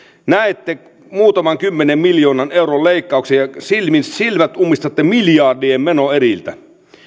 näette muutaman kymmenen miljoonan euron leikkauksia ja silmät ummistatte miljardien menoeriltä